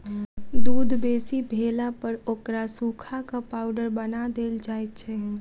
दूध बेसी भेलापर ओकरा सुखा क पाउडर बना देल जाइत छै